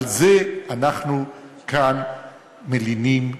על זה אנחנו כאן מלינים יומיים.